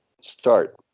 start